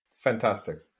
Fantastic